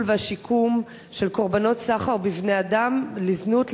והשיקום של קורבנות סחר בבני-אדם לזנות,